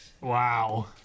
Wow